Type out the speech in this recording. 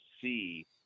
see